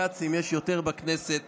כצים יש יותר בכנסת